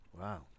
Wow